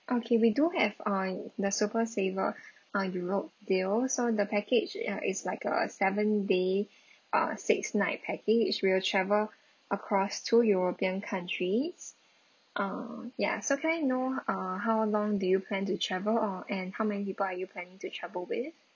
okay we do have uh the super saver uh europe deal so the package uh it's like a seven day uh six night packing which we'll travel across two european countries uh ya so can I know uh how long do you plan to travel uh and how many people are you planning to travel with